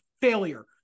failure